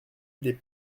des